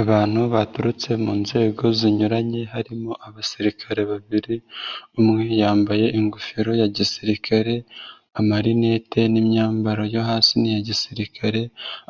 Abantu baturutse mu nzego zinyuranye harimo abasirikare babiri, umwe yambaye ingofero ya gisirikare, amarinete n'imyambaro yo hasi n'iya gisirikare